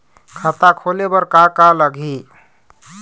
खाता खोले बर का का लगही?